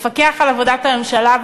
לפקח על עבודת הממשלה,